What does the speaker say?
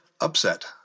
upset